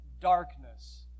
darkness